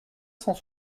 cent